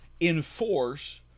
enforce